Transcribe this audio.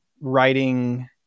writing